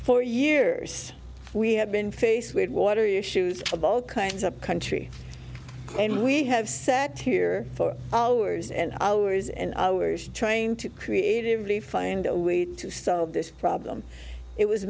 for years we have been faced with water you issues of all kinds of country and we have sat here for hours and hours and hours trying to creatively find a way to solve this problem it was